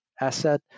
asset